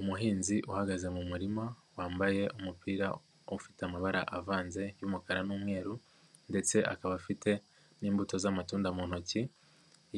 Umuhinzi uhagaze mu murima, wambaye umupira ufite amabara avanze y'umukara n'umweru ndetse akaba afite n'imbuto z'amatunda mu ntoki,